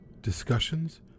discussions